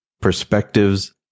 perspectives